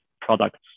products